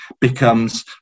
becomes